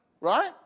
right